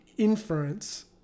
inference